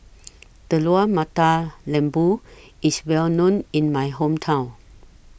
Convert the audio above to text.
Telur Mata Lembu IS Well known in My Hometown